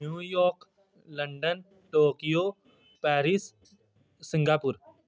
New York New York Tokyo Paris Singapore